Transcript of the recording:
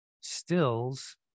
stills